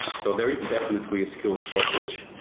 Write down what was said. so there is definitely a skill shortage,